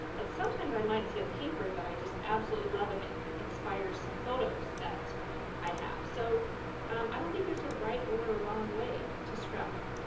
but sometimes i might see a paper that i just absolutely love, and it inspires some photos that i have, so i don't think there's a right or a wrong way to scrapbook.